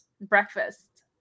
breakfast